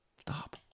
Stop